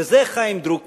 וזה חיים דרוקמן,